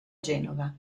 genova